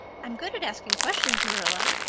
i'm good at asking questions, marilla.